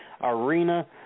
arena